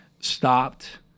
stopped